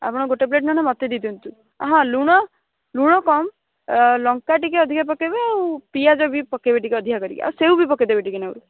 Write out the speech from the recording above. ଆପଣ ଗୋଟେ ପ୍ଲେଟ୍ ନହେଲେ ମୋତେ ଦେଇଦିଅନ୍ତୁ ଲୁଣ ଲୁଣ କମ୍ ଲଙ୍କା ଟିକିଏ ଅଧିକା ପକାଇବେ ଆଉ ପିଆଜ ବି ପକାଇବେ ଟିକିଏ ଅଧିକା କରିକି ଆଉ ସେଉ ବି ପକାଇଦେବେ ଟିକିଏ ନାଁକରୁ